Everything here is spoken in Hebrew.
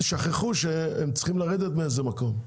שכחו שהם צריכים לרדת מאיזה מקום,